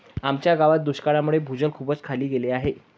आमच्या गावात दुष्काळामुळे भूजल खूपच खाली गेले आहे